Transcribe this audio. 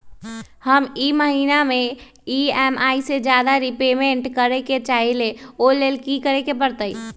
हम ई महिना में ई.एम.आई से ज्यादा रीपेमेंट करे के चाहईले ओ लेल की करे के परतई?